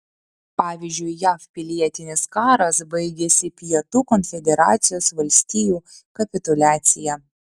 pavyzdžiui jav pilietinis karas baigėsi pietų konfederacijos valstijų kapituliacija